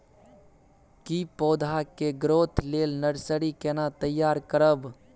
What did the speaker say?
की पौधा के ग्रोथ लेल नर्सरी केना तैयार करब?